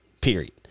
Period